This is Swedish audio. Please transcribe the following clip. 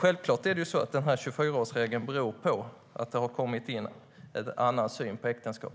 Självklart beror 24-årsregeln på att det har kommit in en annan syn på äktenskap.